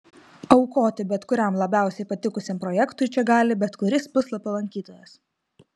aukoti bet kuriam labiausiai patikusiam projektui čia gali bet kuris puslapio lankytojas